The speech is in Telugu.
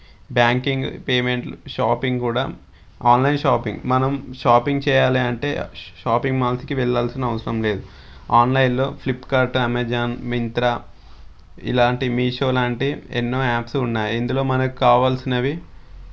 బ్యాంకింగ్ పేమెంట్ షాపింగ్ కూడా ఆన్లైన్ షాపింగ్ మనం షాపింగ్ చేయాలి అంటే షాపింగ్ మాల్స్ కి వెళ్లాల్సిన అవసరం లేదు ఆన్లైన్లో ఫ్లిప్కార్ట్ అమెజాన్ మింత్రా ఇలాంటి మీషో లాంటి ఎన్నో యాప్స్ ఉన్నాయి ఇందులో మనకు కావాల్సినవి